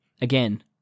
again